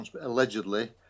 allegedly